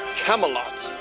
camelot.